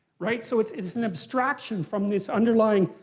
right? so it's it's an abstraction from this underlying,